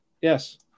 Yes